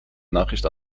nachricht